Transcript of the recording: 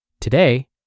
Today